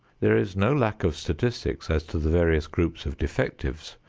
there is no lack of statistics as to the various groups of defectives,